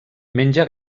menja